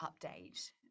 update